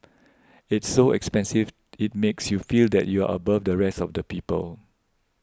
it's so expensive it makes you feel that you're above the rest of the people